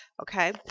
okay